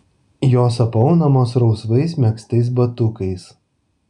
jos apaunamos rausvais megztais batukais